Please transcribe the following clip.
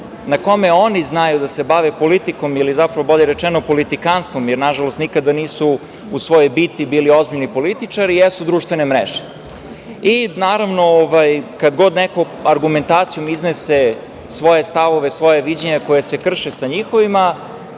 na kome oni znaju da se bave politikom ili zapravo, bolje rečeno politikanstvom, jer nažalost, nikada nisu u svojoj biti bili ozbiljni političari, jesu društvene mreže. Naravno, kad god neko argumentacijom iznese svoje stavove, svoja viđenja koja se krše sa njihovima,